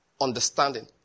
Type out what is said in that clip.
understanding